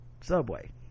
Subway